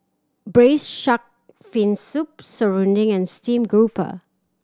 Braised Shark Fin Soup Serunding and steamed grouper